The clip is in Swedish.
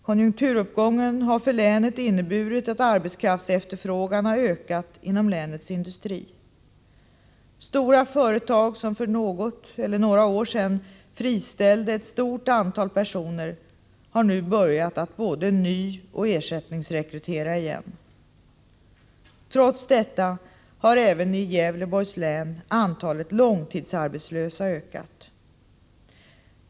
Konjunkturuppgången har för länet inneburit att arbetskraftsefterfrågan har ökat inom länets industri. Stora företag som för något eller några år sedan friställde ett stort antal personer har nu börjat att både nyoch ersättningsrekrytera igen. Trots detta har även i Gävleborgs län antalet långtidsarbetslösa ökat.